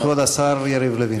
כבוד השר יריב לוין.